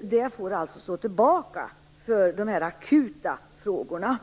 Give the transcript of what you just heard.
Den får alltså stå tillbaka för de akuta frågorna.